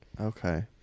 Okay